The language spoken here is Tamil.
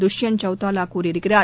துஷ்யந்த் சௌதாலா கூறியிருக்கிறார்